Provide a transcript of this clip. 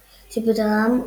שבדרהאם,